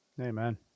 Amen